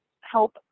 help